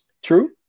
True